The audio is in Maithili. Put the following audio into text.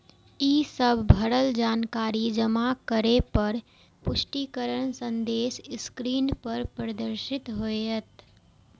ई सब भरल जानकारी जमा करै पर पुष्टिकरण संदेश स्क्रीन पर प्रदर्शित होयत